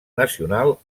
nacional